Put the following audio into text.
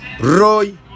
Roy